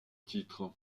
titre